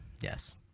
Yes